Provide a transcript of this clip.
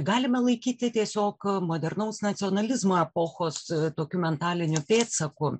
galime laikyti tiesiog modernaus nacionalizmo epochos tokiu mentaliniu pėdsaku